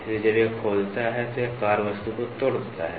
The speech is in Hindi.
इसलिए जब यह खोदता है तो यह कार्यवस्तु को तोड़ देता है